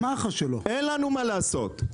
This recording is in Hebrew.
אין לנו מה לעשות.